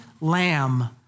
lamb